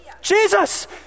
Jesus